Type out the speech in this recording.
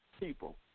people